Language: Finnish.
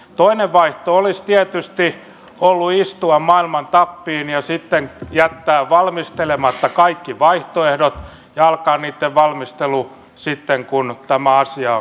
toinen vaihtoehto olisi tietysti ollut istua maailman tappiin ja sitten jättää valmistelematta kaikki vaihtoehdot ja alkaa niitten valmistelu sitten kun tämä asia on käsissä